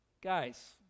Guys